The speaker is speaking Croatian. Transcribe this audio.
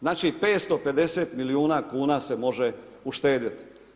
Znači 550 milijuna kuna se može uštedjeti.